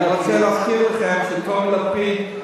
אני רוצה להזכיר לכם שטומי לפיד,